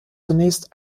zunächst